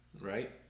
right